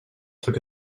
took